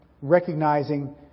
recognizing